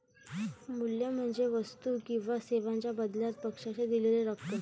मूल्य म्हणजे वस्तू किंवा सेवांच्या बदल्यात पक्षाने दिलेली रक्कम